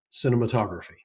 cinematography